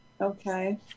okay